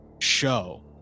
Show